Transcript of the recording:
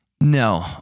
No